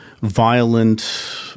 violent